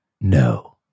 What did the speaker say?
No